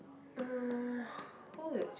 mm who will